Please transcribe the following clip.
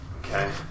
okay